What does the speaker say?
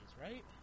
right